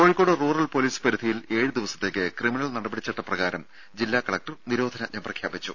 Kozhikode rural police പരിധിയിൽ ഏഴുദിവസത്തേക്ക് criminal നടപടി ചട്ടപ്രകാരം ജില്ലാ കലക്ടർ നിരോധനാജ്ഞ പ്രഖ്യാപിച്ചു